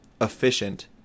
efficient